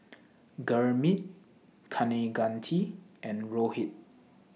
Gurmeet Kaneganti and Rohit